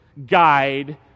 guide